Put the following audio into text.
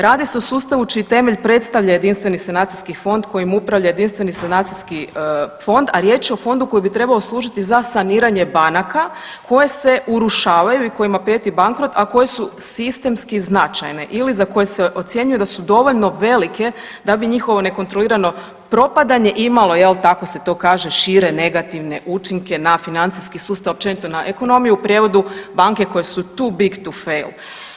Radi se o sustavu čiji temelj predstavlja jedinstveni sanacijski fond kojim upravlja jedinstveni sanacijski fond, a riječ je o fondu koji bi trebao služiti za saniranje banaka koje se urušavaju i kojima prijeti bankrot, a koje su sistemski značajne ili za koje se ocjenjuje da su dovoljno velike da bi njihovo nekontrolirano propadanje imalo jel tako se to kaže šire negativne učinke na financijski sustav općenito na ekonomiju, u prijevodu banke koje su too big to fail.